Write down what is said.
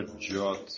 Jot